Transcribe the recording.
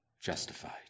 justified